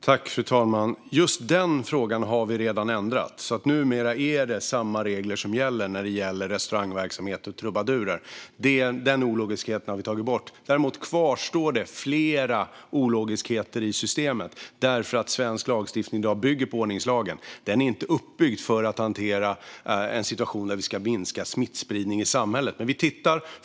Fru talman! Just detta har vi redan ändrat, så numera är det samma regler som gäller för restaurangverksamhet och trubadurer. Den ologiskheten har vi tagit bort. Däremot kvarstår flera ologiskheter i systemet därför att svensk lagstiftning i dag bygger på ordningslagen. Den är inte uppbyggd för att hantera en situation där vi ska minska smittspridning i samhället.